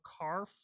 car